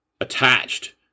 attached